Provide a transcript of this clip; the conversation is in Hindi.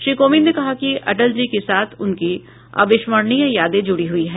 श्री कोविंद ने कहा कि अटल जी के साथ उनकी अविस्मरणीय यादें जुड़ी हुई हैं